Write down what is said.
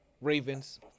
Ravens